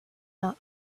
not